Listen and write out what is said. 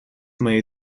моей